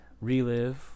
relive